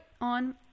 on